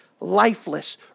lifeless